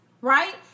right